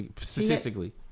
Statistically